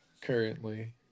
currently